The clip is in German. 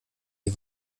die